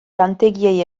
lantegiei